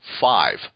five